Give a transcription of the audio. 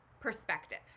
perspective